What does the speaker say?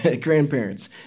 grandparents